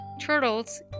turtles